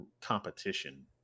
competition